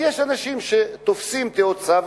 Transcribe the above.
יש שם אנשים שתופסים תאוצה,